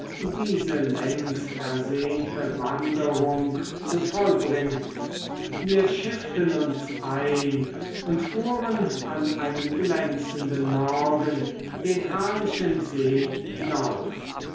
diese längst ersehnte wanderung zu vollbringen wir schifften uns ein und fuhren an einem glänzenden morgen den herrlichen see hinauf